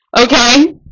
okay